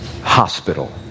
Hospital